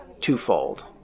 twofold